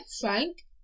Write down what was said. frank